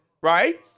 right